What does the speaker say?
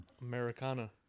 Americana